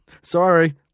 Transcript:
Sorry